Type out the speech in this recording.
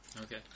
Okay